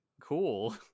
cool